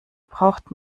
braucht